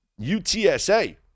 UTSA